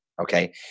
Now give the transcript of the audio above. Okay